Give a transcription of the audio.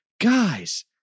Guys